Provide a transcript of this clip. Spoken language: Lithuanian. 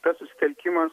tas susitelkimas